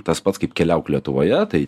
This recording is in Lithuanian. tas pats kaip keliauk lietuvoje tai